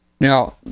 Now